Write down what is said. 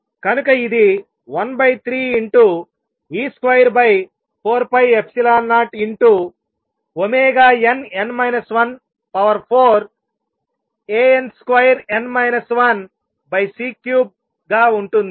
కనుక ఇది 13e24π0nn 14Ann 12c3 గా ఉంటుంది